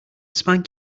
spank